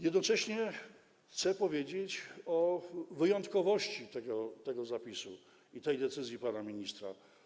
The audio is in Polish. Jednocześnie chcę powiedzieć o wyjątkowości tego zapisu i decyzji pana ministra.